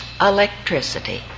electricity